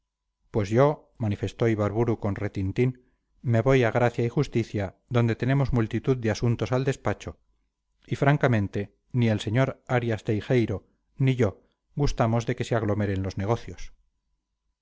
pues yo manifestó ibarburu con retintín me voy a gracia y justicia donde tenemos multitud de asuntos al despacho y francamente ni el sr arias teijeiro ni yo gustamos de que se aglomeren los negocios